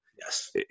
Yes